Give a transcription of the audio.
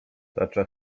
tarcza